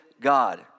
God